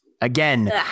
Again